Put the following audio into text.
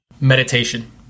Meditation